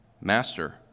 Master